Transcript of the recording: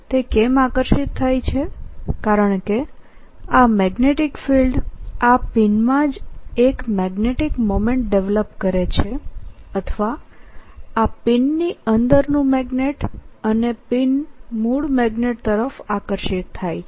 તે કેમ આકર્ષિત થાય છેકારણકે આ મેગ્નેટીક ફિલ્ડ આ પિનમાં જ એક મેગ્નેટીક મોમેન્ટ ડેવલપ કરે છે અથવા આ પિનની અંદરનું મેગ્નેટ અને પિન મૂળ મેગ્નેટ તરફ આકર્ષિત થાય છે